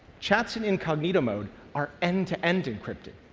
chats in incognito mode are end-to-end encrypted.